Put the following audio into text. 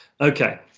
Okay